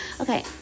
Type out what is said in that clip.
Okay